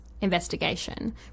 investigation